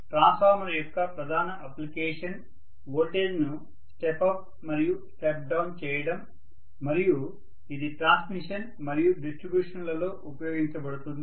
transformer యొక్క ప్రధాన application voltage ను స్టెప్ అప్ మరియు స్టెప్ డౌన్ చేయడం మరియు ఇది ట్రాన్స్మిషన్ మరియు డిస్ట్రిబ్యూషన్ లో ఉపయోగించబడుతుంది